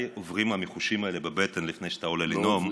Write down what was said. עוברים המיחושים האלה בבטן לפני שאתה עולה לנאום,